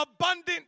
abundant